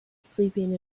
sleeping